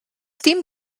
dim